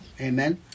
Amen